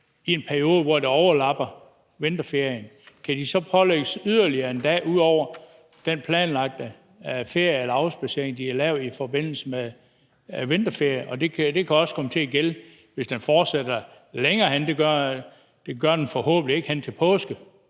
i den periode, hvor det overlapper med vinterferien, kan de så pålægges yderligere en dag ud over den ferie eller afspadsering, de har taget i forbindelse med vinterferien? Og kan det også komme til at gælde, hvis det fortsætter – det gør det forhåbentlig ikke – til